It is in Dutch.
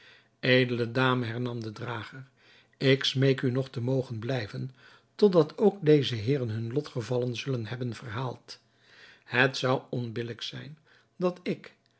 edele dame hernam de drager ik smeek u nog te mogen blijven tot dat ook deze heeren hunne lotgevallen zullen hebben verhaald het zou onbillijk zijn dat ik